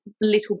little